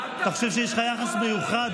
אתה חושב שיש לך יחס מיוחד.